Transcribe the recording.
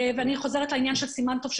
אני חוזרת לבר סימן טוב,